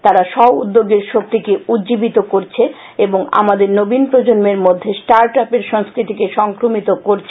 তারা স্ব উদ্যোগের শক্তিকে উজ্বীবিত করছে এবং আমাদের নবীন প্রজন্মের মধ্যে স্টার্ট আপের সংস্কৃতিকে সংক্রমিত করছে